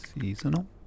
Seasonal